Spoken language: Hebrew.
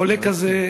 חולה כזה,